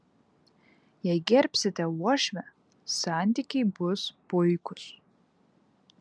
jei gerbsite uošvę santykiai bus puikūs